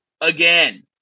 again